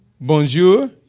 Bonjour